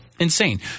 Insane